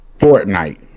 Fortnite